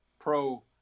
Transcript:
pro